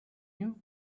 you